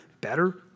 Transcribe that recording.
better